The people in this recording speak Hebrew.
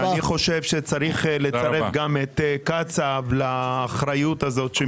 אני חושב שצריך לצרף גם את קצב לאחריות הזאת.